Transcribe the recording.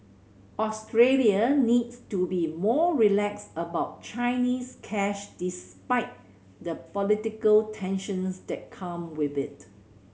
Australia needs to be more relaxed about Chinese cash despite the political tensions that come with it